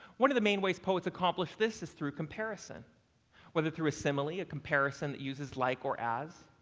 one of the main ways poets accomplish this is through comparison whether through a simile, a comparison that uses like or as,